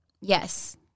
Yes